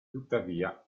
tuttavia